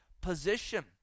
position